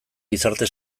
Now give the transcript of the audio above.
gizarte